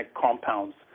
compounds